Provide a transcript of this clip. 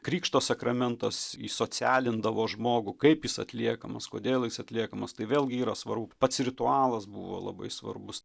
krikšto sakramentas įsocialindavo žmogų kaip jis atliekamas kodėl jis atliekamas tai vėlgi yra svarbu pats ritualas buvo labai svarbus